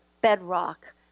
bedrock